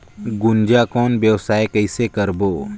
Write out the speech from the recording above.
गुनजा कौन व्यवसाय कइसे करबो?